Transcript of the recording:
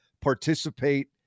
participate